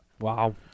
Wow